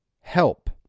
help